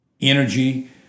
energy